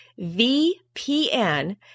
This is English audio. VPN